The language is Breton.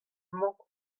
mañ